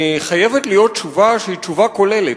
חייבת להיות תשובה שהיא תשובה כוללת.